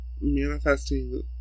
manifesting